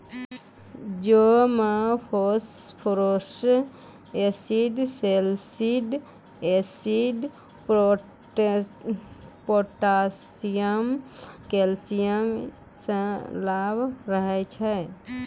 जौ मे phosphorus acid, सैलसिड एसिड, पोटाशियम, कैल्शियम इ सभ रहै छै